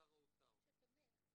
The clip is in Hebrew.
שר האוצר --- שתומך.